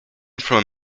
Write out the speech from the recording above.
from